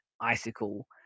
Icicle